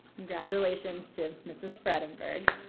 congratulations to mrs. fredenberg.